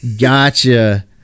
Gotcha